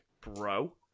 bro